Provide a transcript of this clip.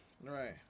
Right